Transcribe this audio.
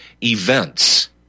events